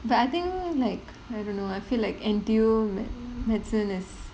but I think like I don't know I feel like N_T_U medicine is